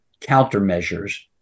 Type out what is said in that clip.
countermeasures